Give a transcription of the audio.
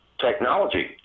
technology